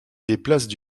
déplacent